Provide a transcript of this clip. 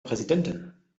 präsidentin